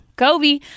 Kobe